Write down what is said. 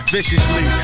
Viciously